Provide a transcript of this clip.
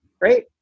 right